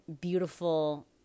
beautiful